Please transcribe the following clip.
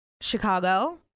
Chicago